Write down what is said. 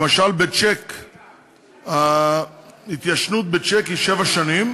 למשל, ההתיישנות בצ'ק היא שבע שנים.